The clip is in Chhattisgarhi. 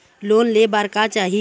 लोन ले बार का चाही?